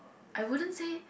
I wouldn't say